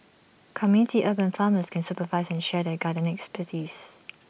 community urban farmers can supervise and share their gardening expertise